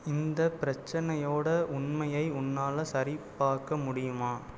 இந்த பிரச்சினையோட உண்மையை உன்னால் சரிப்பார்க்க முடியுமா